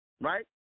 Right